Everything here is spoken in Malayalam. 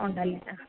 ഉണ്ട് അല്ലേ ആ